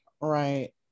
Right